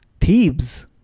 Thebes